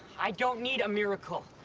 i don't need a miracle.